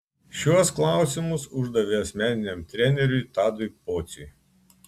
šiuos klausimus uždavė asmeniniam treneriui tadui pociui